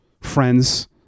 friends